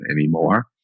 anymore